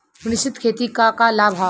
मिश्रित खेती क का लाभ ह?